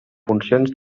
funcions